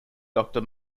doctor